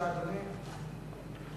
תודה, תודה.